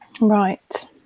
right